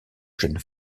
jeune